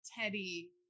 Teddy